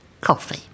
Coffee